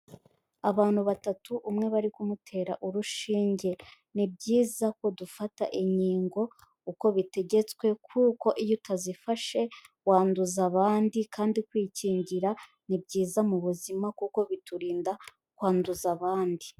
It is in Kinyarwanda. Abantu batatu, umwe bari kumutera urushinge. Ni byiza ko dufata inkingo uko bitegetswe kuko iyo utazifashe wanduza abandi kandi kwikingira ni byiza mu buzima kuko biturinda kwanduza abandi.